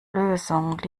lösung